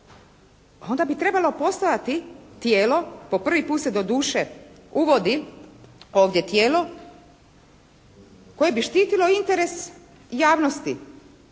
onda bi trebalo postojati tijelo, po prvi put se doduše uvodi ovdje tijelo koje bi štitilo interes javnosti.